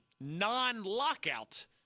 non-lockout